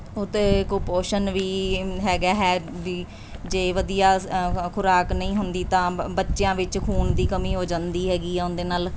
ਉਹ ਤੇ ਕੁਪੋਸ਼ਣ ਵੀ ਹੈਗਾ ਹੈ ਵੀ ਜੇ ਵਧੀਆ ਖੁਰਾਕ ਨਹੀਂ ਹੁੰਦੀ ਤਾਂ ਬ ਬੱਚਿਆਂ ਵਿੱਚ ਖੂਨ ਦੀ ਕਮੀ ਹੋ ਜਾਂਦੀ ਹੈਗੀ ਆ ਉਹਦੇ ਨਾਲ